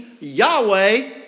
Yahweh